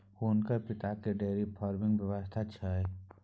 हुनकर पिताकेँ डेयरी फार्मिंगक व्यवसाय छै